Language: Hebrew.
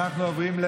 אנחנו עוברים,